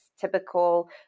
typical